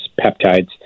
peptides